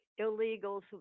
illegals